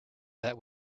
that